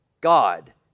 God